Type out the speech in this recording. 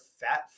fat